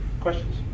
Questions